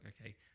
okay